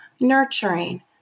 nurturing